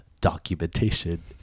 documentation